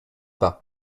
pas